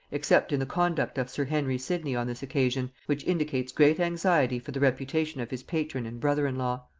except in the conduct of sir henry sidney on this occasion, which indicates great anxiety for the reputation of his patron and brother-in-law.